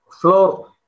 floor